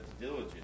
diligent